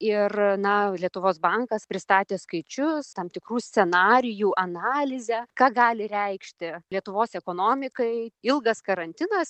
ir na lietuvos bankas pristatė skaičius tam tikrų scenarijų analizę ką gali reikšti lietuvos ekonomikai ilgas karantinas